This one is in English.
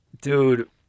Dude